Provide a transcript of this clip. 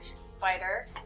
spider